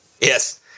Yes